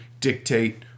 dictate